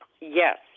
Yes